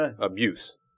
abuse